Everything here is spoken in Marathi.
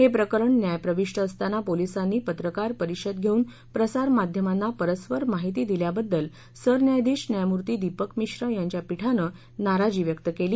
हे प्रकरण न्यायप्रविष्ट असताना पोलिसांनी पत्रकारपरिषद घेऊन प्रसारमाध्यमांना परस्पर माहिती दिल्याबद्दल सरन्यायाधीश न्यायमूर्ती दिपक मिश्र यांच्या पीठानं नाराजी व्यक्त केली